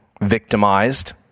victimized